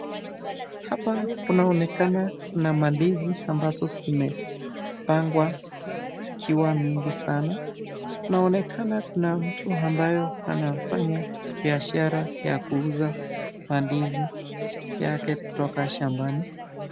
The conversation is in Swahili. Hapa kunaonekana kuna mandizi ambazo zimepangwa zikiwa mingi sana. Inaonekana kuna mtu ambaye anafanya biashara ya kuuza mandizi yake kutoka shambani.